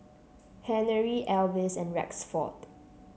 Henery Alvis and Rexford